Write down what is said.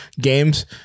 games